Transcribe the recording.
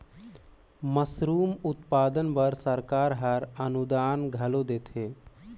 mushroom उत्पादन बर सरकार हर अनुदान घलो देथे